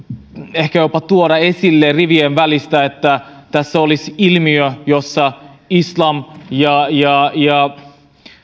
ehkä jopa tuoda esille rivien välissä että tässä olisi ilmiö jossa islam ja ja